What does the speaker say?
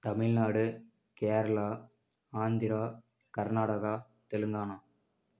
Tamil Nadu Kerala Andhra Karnataka Telangana